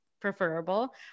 preferable